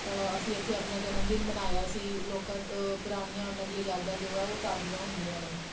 ਅਸੀਂ ਇੱਥੇ ਆਪਣਾ ਜਨਮਦਿਨ ਮਨਾਇਆ ਸੀ ਲੋਕਾਂ ਪੁਰਾਣੀਆਂ ਉਹਨਾਂ ਦੀਆਂ ਯਾਦਾਂ ਜੋ ਹੈ ਉਹ ਤਾਜ਼ੀਆਂ ਹੁੰਦੀਆਂ ਨੇ